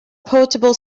portable